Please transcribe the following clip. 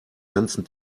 ganzen